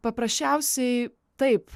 paprasčiausiai taip